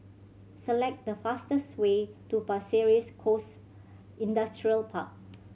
select the fastest way to Pasir Ris Coast Industrial Park